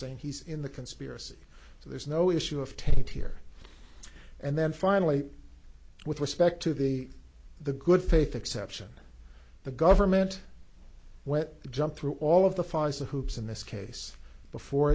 saying he's in the conspiracy so there's no issue of tape here and then finally with respect to the the good faith exception the government went jump through all of the pfizer hoops in this case before